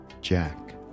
jack